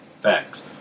Facts